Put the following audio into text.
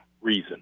reason